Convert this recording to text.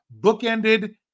bookended